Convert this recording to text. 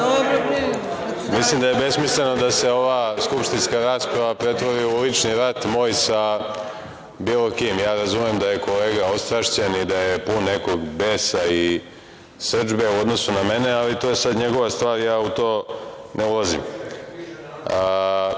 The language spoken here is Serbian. Mislim da je besmisleno da se ova rasprava pretvori u lični rat moj sa bilo kim. Ja razumem da je kolega ostrašćen i da je pun nekog besa i srdžbe u odnosu na mene, ali to je sada njegova stvar, ja u to ne ulazim. Kolega